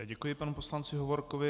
Děkuji panu poslanci Hovorkovi.